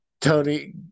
Tony